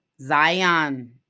Zion